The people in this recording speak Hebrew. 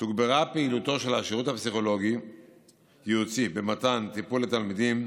תוגברה פעילותו של השירות הפסיכולוגי-ייעוצי במתן טיפול לתלמידים,